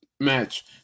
Match